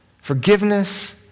forgiveness